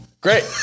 Great